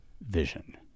vision